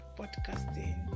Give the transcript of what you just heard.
podcasting